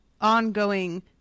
ongoing